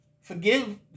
Forgive